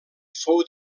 fou